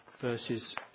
Versus